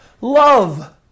Love